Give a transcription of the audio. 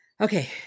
Okay